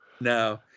No